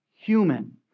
human